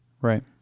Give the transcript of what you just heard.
Right